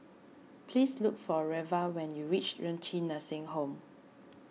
please look for Reva when you reach Renci Nursing Home